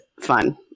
fun